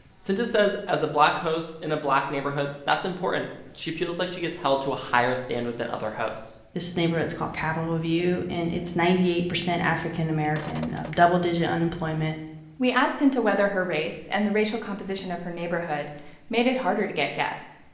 synta says, as a black host in a black neighborhood, that's important. she feels like she gets held to a higher standard than other hosts this neighborhood's called capitol view, and it's ninety eight percent african-american, double-digit unemployment we asked synta whether her race and the racial composition of her neighborhood made it harder to get guests.